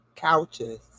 couches